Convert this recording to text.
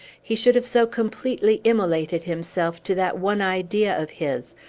he should have so completely immolated himself to that one idea of his,